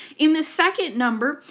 in the second number,